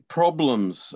problems